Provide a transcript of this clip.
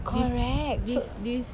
correct so